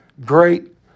great